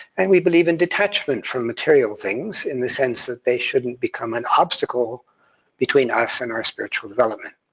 and we believe in detachment from material things, in the sense that they shouldn't become an obstacle between us and our spiritual development.